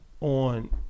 on